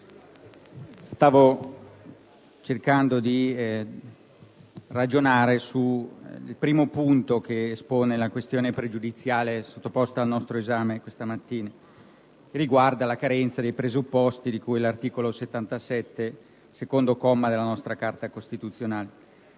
Stavo cercando di ragionare sul primo punto esposto nella questione pregiudiziale sottoposta al nostro esame questa mattina, che riguarda la carenza dei presupposti di cui all'articolo 77, secondo comma, della nostra Carta costituzionale.